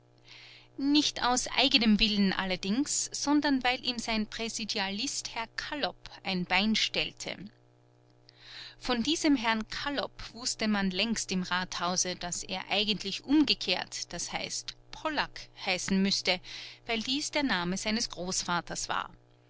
nicht aus eigenem willen allerdings sondern weil ihm sein präsidialist herr kallop ein bein stellte von diesem herrn kallop wußte man längst im rathause daß er eigentlich umgekehrt das heißt pollak heißen müßte weil dies der name seines großvaters war